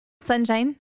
Sunshine